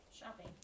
Shopping